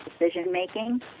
Decision-Making